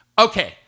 Okay